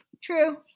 True